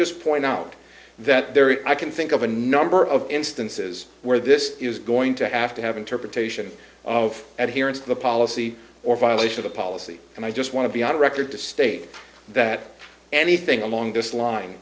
just point out that there is i can think of a number of instances where this is going to have to have interpretation of that here it's the policy or violation of a policy and i just want to be on record to state that anything along this line